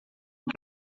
que